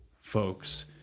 folks